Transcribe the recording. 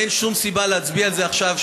אין שום סיבה להצביע על זה עכשיו,